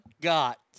got